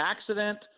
accident